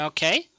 Okay